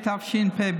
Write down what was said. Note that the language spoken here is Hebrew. התשפ"א,